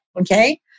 okay